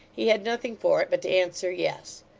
he had nothing for it but to answer, yes.